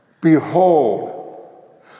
behold